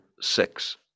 six